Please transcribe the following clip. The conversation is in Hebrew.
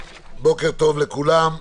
בוקר טוב לכולם.